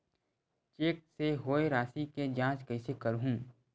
Cheque से होए राशि के जांच कइसे करहु?